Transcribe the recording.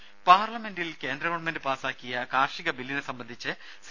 രുമ പാർലമെന്റിൽ കേന്ദ്ര ഗവൺമെന്റ് പാസാക്കിയ കാർഷിക ബില്ലിനെ സംബന്ധിച്ച് സി